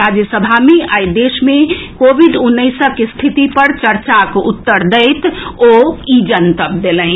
राज्यसभा मे आई देश मे कोविड उन्नैसक स्थिति पर चर्चाक उत्तर दैत ओ ई जनतब देलनि